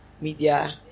media